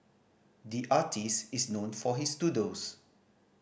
the artist is known for his doodles